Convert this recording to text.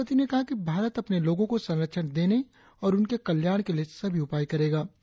राष्ट्रपति ने कहा कि भारत अपने लोगो को संरक्षण देने और उनके कल्याण के लिए सभी उपाय करेगा